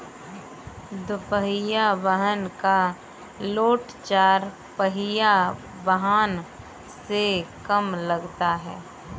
दुपहिया वाहन का टोल चार पहिया वाहन से कम लगता है